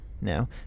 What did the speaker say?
no